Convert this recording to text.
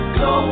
go